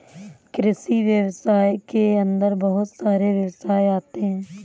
कृषि व्यवसाय के अंदर बहुत सारे व्यवसाय आते है